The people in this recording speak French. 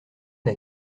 n’a